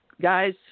guys